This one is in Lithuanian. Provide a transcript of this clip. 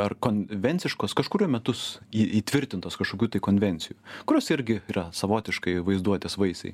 ar konvenciškos kažkurio metus į įtvirtintos kažkokių tai konvencijų kurios irgi yra savotiškai vaizduotės vaisiai